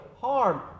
harm